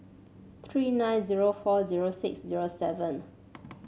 three nine zero four zero six zero seven